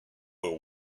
are